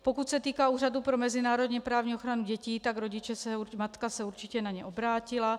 Pokud se týká Úřadu pro mezinárodněprávní ochranu dětí, tak matka se určitě na ně obrátila.